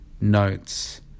notes